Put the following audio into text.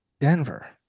Denver